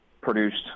produced